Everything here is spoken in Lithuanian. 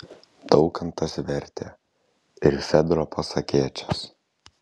daukantas vertė ir fedro pasakėčias